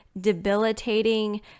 debilitating